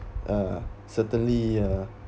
uh certainly uh